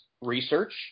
research